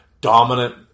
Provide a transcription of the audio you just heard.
dominant